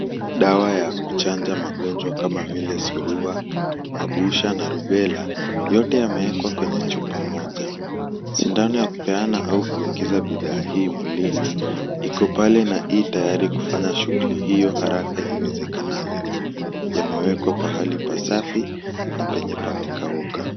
Dawa ya kuchanja magonjwa kama vile surua, mabusha, na rubela, yote yameekwa kwenye chupa moja. Sindano ya kupeana au kuingiza bidhaa hii mwilini iko pale na iitayari kufanya shughuli hiyo haraka iwezekanavyo. Yamewekwa pahali pasafi, na penye pamekauka.